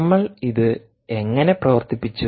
നമ്മൾ ഇത് എങ്ങനെ പ്രവർത്തിപ്പിച്ചു